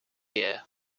year